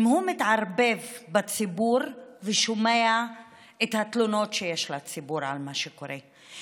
אם הוא מתערבב בציבור ושומע את התלונות שיש לציבור על מה שקורה,